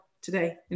today